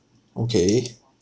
okay